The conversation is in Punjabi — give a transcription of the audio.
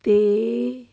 ਤੇ